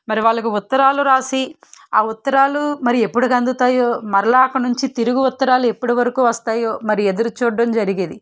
మరి వాళ్లకు ఉత్తరాలు రాసి ఆ ఉత్తరాలు మరి ఎప్పుడు కందుతాయో మరల నుంచి తిరిగి ఉత్తరాలు ఎప్పటి వరకు వస్తాయో మరి ఎదురు చూడడం జరిగేది